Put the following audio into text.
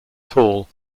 tall